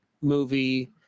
movie